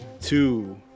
two